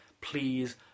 please